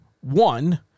One